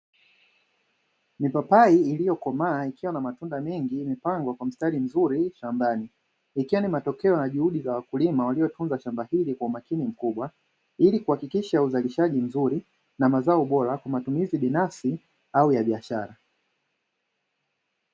Mipapai iliyokomaa, ikiwa na matunda mengi imepangwa kwa mstari mzuri shambani. Ikiwa ni matokeo na juhudi za wakulima waliyotunza shamba hili kwa umakini mkubwa, ili kuhakikisha uzalishaji mzuri na mazao bora kwa matumizi binafsi au ya biashara.